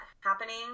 happening